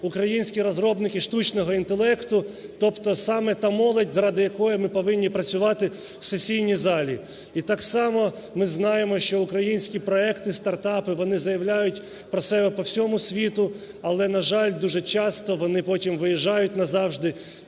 українські розробники штучного інтелекту, тобто саме та молодь, заради якої ми повинні працювати в сесійній залі. І так само ми знаємо, що українські проекти, стартапи, вони заявляють про себе по всьому світу, але, на жаль, дуже часто вони потім виїжджають назавжди